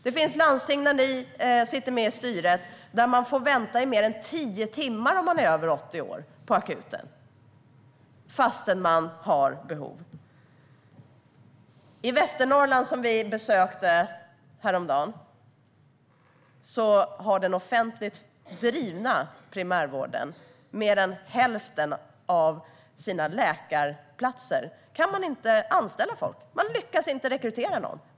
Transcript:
Det finns landsting där ni sitter med och styr där man får vänta i mer än tio timmar på akuten om man är över 80 år, fastän man har behov. I Västernorrland, som vi besökte häromdagen, kan man i den offentligt drivna primärvården inte anställa folk på över hälften av läkartjänsterna. Man lyckas inte rekrytera någon.